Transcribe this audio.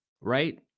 right